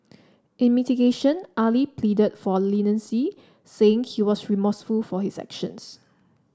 in mitigation Ali pleaded for leniency saying he was remorseful for his actions